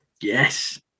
Yes